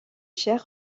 chairs